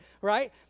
Right